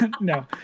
No